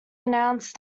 announced